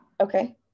Okay